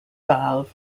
valve